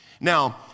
Now